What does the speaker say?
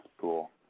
Cool